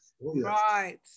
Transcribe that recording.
Right